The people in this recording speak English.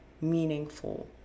meaningful